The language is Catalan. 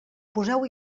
poseu